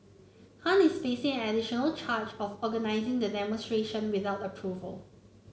Han is facing an additional charge of organising the demonstration without approval